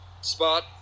spot